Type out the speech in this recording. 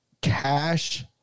cash